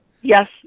Yes